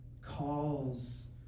calls